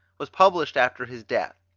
was published after his death.